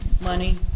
money